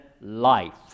life